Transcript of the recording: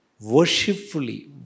worshipfully